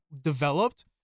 developed